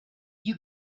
you